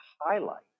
highlight